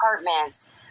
apartments